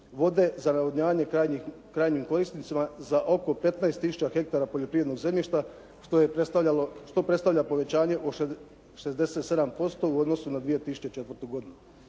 vode za navodnjavanje krajnjim korisnicima za oko 15 tisuća hektara poljoprivrednog zemljišta što predstavlja povećanje od 67% u odnosu na 2004. godinu.